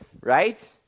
right